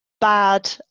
Bad